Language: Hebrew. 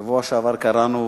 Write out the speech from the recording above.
בשבוע שעבר קראנו